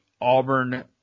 Auburn